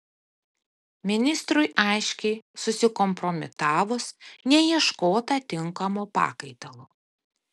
ministrui aiškiai susikompromitavus neieškota tinkamo pakaitalo